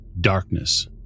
Darkness